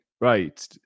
right